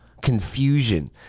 confusion